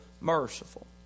merciful